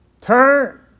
Turn